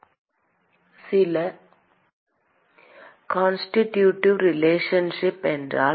மாணவர் சில constitutive relationship என்றால்